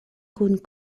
kun